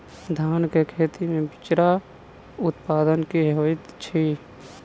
धान केँ खेती मे बिचरा उत्पादन की होइत छी?